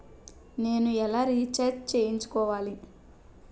నేను ఎలా రీఛార్జ్ చేయించుకోవాలి?